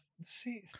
see